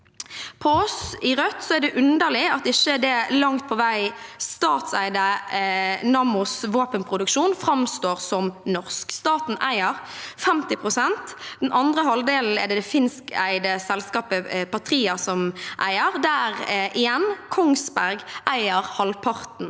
For oss i Rødt er det underlig at ikke den langt på vei statseide Nammos våpenproduksjon framstår som norsk. Staten eier 50 pst., den andre halvdelen er det det finskeide selskapet Patria som eier, der igjen Kongsberg eier halvparten.